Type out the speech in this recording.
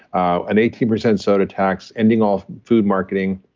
an eighteen percent soda tax ending all food marketing,